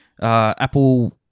Apple